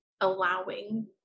allowing